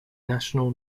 national